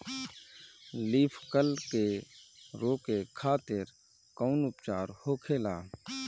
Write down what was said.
Leaf curl के रोके खातिर कउन उपचार होखेला?